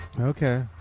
Okay